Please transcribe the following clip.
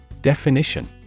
Definition